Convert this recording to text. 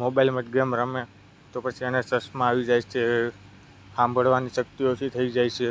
મોબાઈલમાં જ ગેમ રમે તો પછી એને ચશ્મા આવી જાય છે સાંભળવાની શક્તિ ઓછી થઈ જાય છે